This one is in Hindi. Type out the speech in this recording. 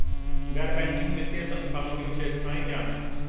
गैर बैंकिंग वित्तीय संस्थानों की विशेषताएं क्या हैं?